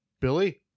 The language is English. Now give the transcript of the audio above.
Billy